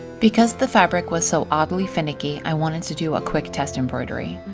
because the fabric was so oddly finicky, i wanted to do a quick test embroidery.